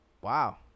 Wow